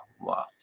wow